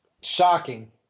shocking